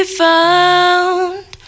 found